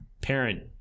parent